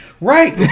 Right